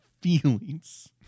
feelings